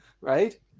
Right